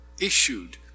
issued